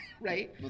Right